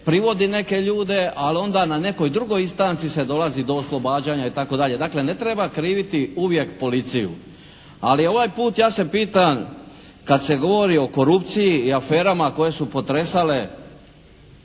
privodi neke ljude ali onda na nekoj drugoj instanci se dolazi do oslobađanja itd.? Dakle ne treba kriviti uvijek Policiju. Ali ovaj put ja se pitam kad se govori o korupciji i aferama koje su potresale